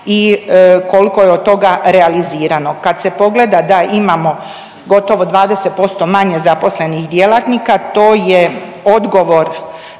i kolko je od toga realizirano. Kad se pogleda da imamo gotovo 20% manje zaposlenih djelatnika to je odgovor